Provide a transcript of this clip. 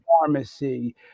pharmacy